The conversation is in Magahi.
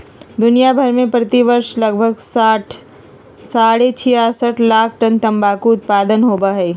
दुनिया भर में प्रति वर्ष लगभग साढ़े छियासठ लाख टन तंबाकू उत्पादन होवई हई,